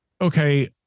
okay